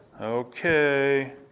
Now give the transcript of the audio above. Okay